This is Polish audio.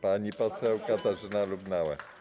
Pani poseł Katarzyna Lubnauer.